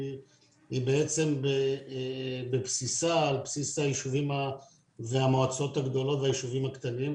בעצם בבסיסה על בסיס המועצות הגדולות והישובים הקטנים.